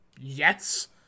Yes